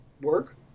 Work